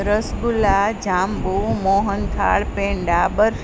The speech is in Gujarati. રસગુલ્લા જાંબુ મોહનથાળ પેંડા બરફી